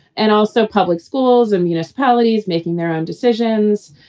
and also public schools and municipalities making their own decisions.